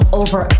over